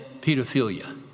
pedophilia